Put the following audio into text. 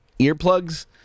Earplugs